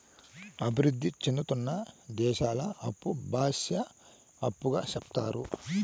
అభివృద్ధి సేందుతున్న దేశాల అప్పు బాహ్య అప్పుగా సెప్తారు